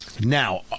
Now